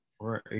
Right